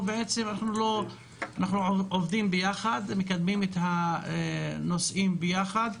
אנחנו עובדים ביחד, מקדמים את הנושאים ביחד.